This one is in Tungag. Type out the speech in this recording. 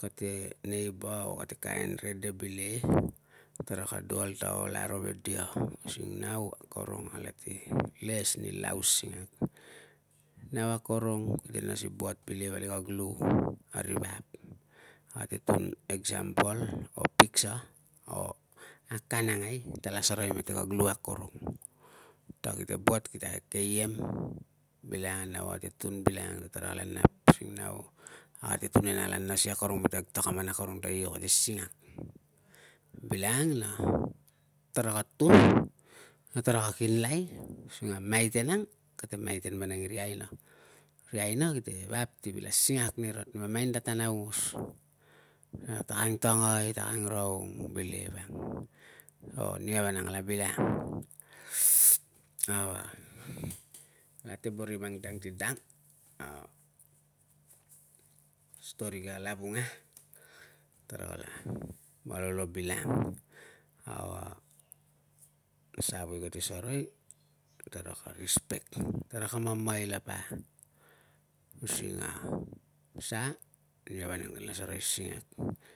kate neighbour o kate kain rede bilege, tara ka dual ta ol aro ve dia, using nau akorong alate les ni lau singak. Nau akorong kite nas ni buat bile vali kag lu, a ri vap, ate tun. Example o piksa o akanangai kata la sarai mete kag lu akorong, ta kite buat, kite akeke iem, bilangang a nau ate tun bilangang ta tarala nap using nau ate tun ia, ala nasai akorong mete kag takaman akorong ta io, kate singak. Bilangang na taraka tun, na taraka kinlai, using a maiten ang kate maiten vanang iri aina. Ri aina kite vap ti vil asingak nira ta mamain ta tan aungos na ta angtangai, ta angraung, bilege vang, o nia vanang kala bilangang. nau ate boro i mang dang ti dang. Story ke kala vunga, tarala malolo bilang. Sa woe kate sarai, taraka respect, taraka mamaila pa using a sa nia vanang kala sarai singak.